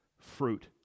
fruit